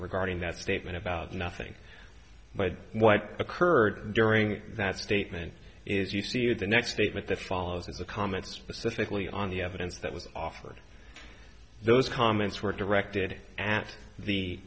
regarding that statement about nothing but what occurred during that statement is you see the next statement that follows is a comment specifically on the evidence that was offered those comments were directed at the